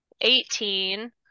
eighteen